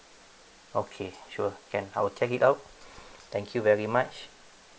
okay sure can I will check it out thank you very much